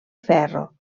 ferro